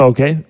Okay